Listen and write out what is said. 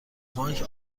بانک